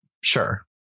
Sure